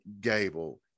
Gable